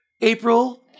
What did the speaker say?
April